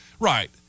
Right